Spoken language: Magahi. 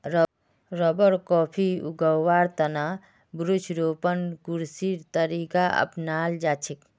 रबर, कॉफी उगव्वार त न वृक्षारोपण कृषिर तरीका अपनाल जा छेक